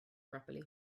properly